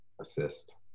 assist